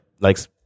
likes